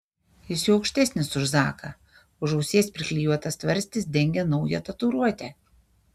jis jau aukštesnis už zaką už ausies priklijuotas tvarstis dengia naują tatuiruotę